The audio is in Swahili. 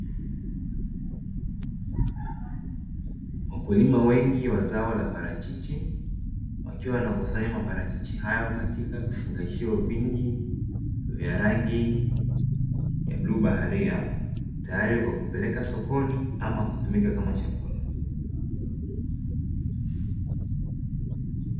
Wakulima wengi wa zao la parachichi wakiwa wanakusanya maparachichi hayo katika vifungashio vingi vya rangi ya bluu baharia tayari kwa kupeleka sokoni ama kutumika kama chakula.